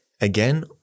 Again